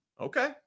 Okay